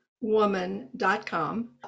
woman.com